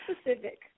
specific